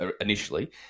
initially